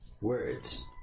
words